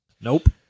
Nope